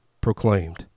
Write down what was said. proclaimed